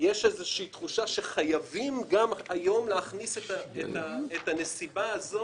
יש תחושה שחייבים היום להכניס גם את הנסיבה הזו,